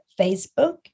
Facebook